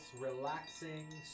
relaxing